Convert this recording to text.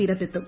തീരത്തെത്തും